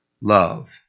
love